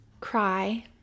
Cry